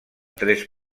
tres